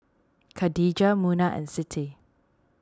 Khadija Munah and Siti